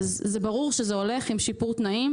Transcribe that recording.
ברור שזה הולך עם שיפור תנאים.